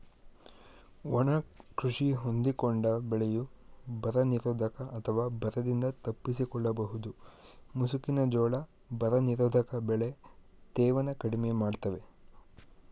ಒಣ ಕೃಷಿ ಹೊಂದಿಕೊಂಡ ಬೆಳೆಯು ಬರನಿರೋಧಕ ಅಥವಾ ಬರದಿಂದ ತಪ್ಪಿಸಿಕೊಳ್ಳಬಹುದು ಮುಸುಕಿನ ಜೋಳ ಬರನಿರೋಧಕ ಬೆಳೆ ತೇವನ ಕಡಿಮೆ ಮಾಡ್ತವೆ